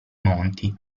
monti